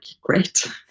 great